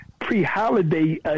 pre-holiday